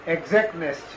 Exactness